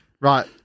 Right